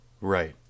Right